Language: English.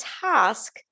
task